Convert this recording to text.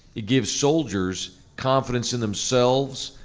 it gives soldiers confidence in themselves,